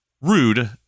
Rude